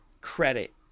credit